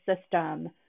system